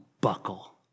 buckle